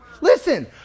Listen